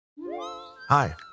Hi